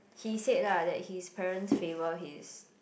he said lah that his parents favor his